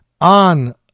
on